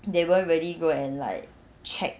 they won't really go and like check